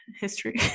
history